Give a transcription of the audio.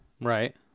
Right